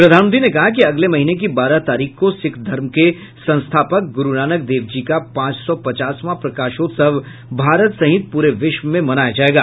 प्रधानमंत्री ने कहा कि अगले महीने की बारह तारीख को सिख धर्म के संस्थापक गुरू नानक देव जी का पांच सौ पचासवां प्रकाशोत्सव भारत सहित पूरे विश्व में मनाया जायेगा